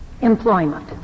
employment